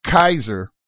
Kaiser